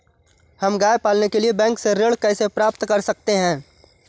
हम गाय पालने के लिए बैंक से ऋण कैसे प्राप्त कर सकते हैं?